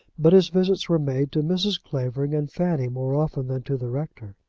but his visits were made to mrs. clavering and fanny more often than to the rector.